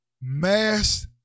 mass